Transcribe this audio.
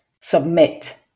submit